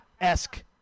Esque